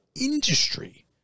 industry